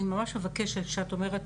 אני ממש מבקשת שאת אומרת,